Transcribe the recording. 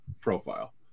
profile